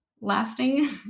lasting